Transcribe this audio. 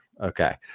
okay